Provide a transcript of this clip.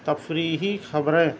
تفریحی خبریں